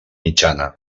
mitjana